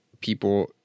people